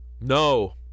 no